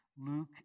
Luke